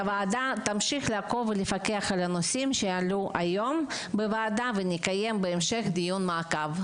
הוועדה תמשיך לפקח על הנושאים שעלו היום בוועדה ותקיים דיון מעקב.